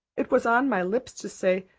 it was on my lips to say,